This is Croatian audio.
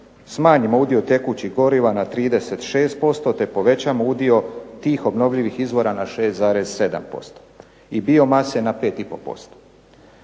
smanjimo udio tekućih goriva na 36% te povećamo udio tih obnovljivih izvora na 6,7% i biomase na 5,5%.